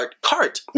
cart